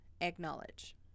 acknowledge